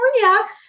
California